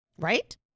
right